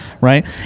right